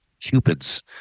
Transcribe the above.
Cupid's